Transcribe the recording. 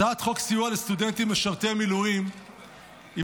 הצעת חוק סיוע לסטודנטים משרתי מילואים היא